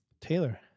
Taylor